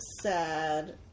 sad